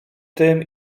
tym